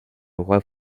roi